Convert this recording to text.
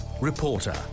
Reporter